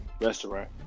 restaurant